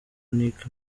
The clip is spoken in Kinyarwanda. nic